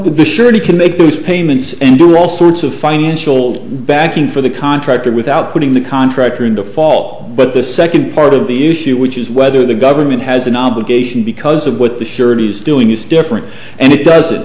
of the surely can make those payments and there were also it's a financial backing for the contractor without putting the contractor in default but the second part of the issue which is whether the government has an obligation because of what the surety is doing is different and it does it